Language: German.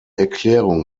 erklärung